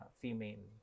female